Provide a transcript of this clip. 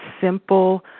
Simple